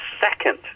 second